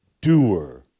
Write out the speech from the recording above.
doer